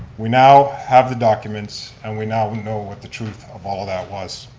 we now have the documents and we now know what the truth of all that was.